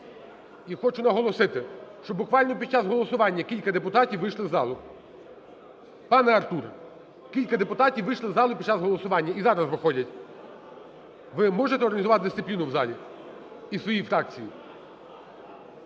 І хочу наголосити, що буквально під час голосування кілька депутатів вийшли з зали. Пане Артур, кілька депутатів вийшли з зали під час голосування і зараз виходять. Ви можете організувати дисципліну в залі і в своїй фракції?